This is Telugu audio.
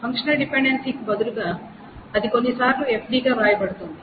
ఫంక్షనల్ డిపెండెన్సీకి బదులుగా అది కొన్నిసార్లు FD గా వ్రాయబడుతుంది